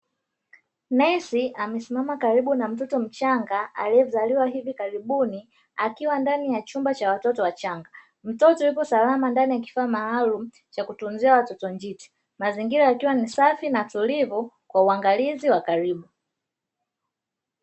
Nesi amesimama karibu na mtoto mchanga aliyezaliwa hivi karibu akiwa ndani ya chumba cha watoto wachanga. Mtoto yupo salama ndani ya kifaa maalumu cha kutunzia watoto njiti. Mazingira yakiwa ni safi na tulivu kwa uangalizi wa karibu.